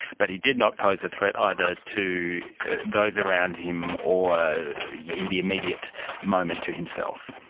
but he did not pose a threat, either to those around him or in the immediate moment to himself.